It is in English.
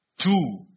two